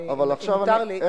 אם מותר לי,